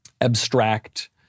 abstract